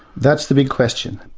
that's the big question.